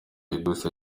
edouce